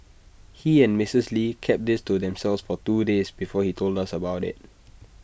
he and Mrs lee kept this to themselves for two days before he told us about IT